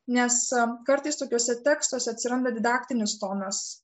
nes kartais tokiuose tekstuose atsiranda didaktinis tonas